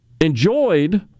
enjoyed